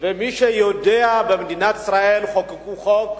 ומי שיודע במדינת ישראל שחוק הוא חוק,